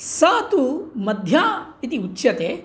सा तु मध्या इति उच्यते